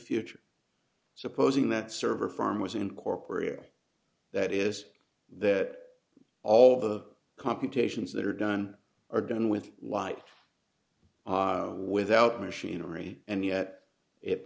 future supposing that server farm was incorporeal that is that all the computations that are done are done with life without machinery and yet it